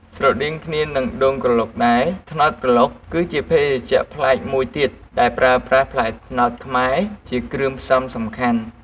ស្រដៀងគ្នានឹងដូងក្រឡុកដែរ ត្នោតក្រឡុកគឺជាភេសជ្ជៈប្លែកមួយទៀត ដែលប្រើប្រាស់ផ្លែត្នោតខ្មែរជាគ្រឿងផ្សំសំខាន់។